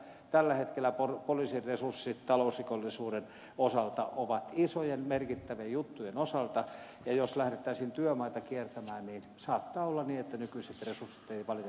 tällä hetkellä poliisin resurssit talousrikollisuuden osalta ovat isojen merkittävien juttujen hoidossa ja jos lähdettäisiin työmaita kiertämään niin saattaa olla että nykyiset resurssit eivät valitettavasti riitä